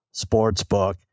Sportsbook